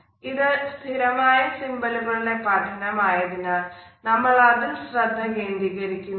ഇത് സ്ഥിരമായ സിംബലുകളുടെ പഠനം ആയതിനാൽ നമ്മൾ അതിൽ ശ്രദ്ധ കേന്ദ്രികരിക്കുന്നില്ല